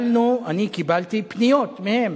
אני קיבלתי פניות מהם